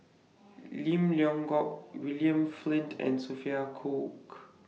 Lim Leong Geok William Flint and Sophia Cooke